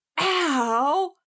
Ow